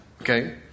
okay